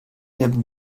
neben